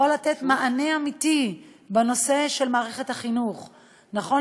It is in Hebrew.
את המצוקה של אותן נשים שמסורבות גט.